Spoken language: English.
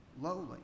lowly